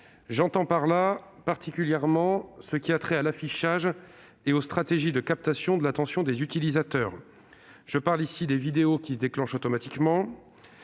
J'entends par là particulièrement ce qui a trait à l'affichage et aux stratégies de captation de l'attention des utilisateurs. Les vidéos qui se déclenchent automatiquement